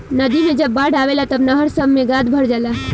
नदी मे जब बाढ़ आवेला तब नहर सभ मे गाद भर जाला